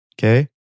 Okay